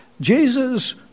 Jesus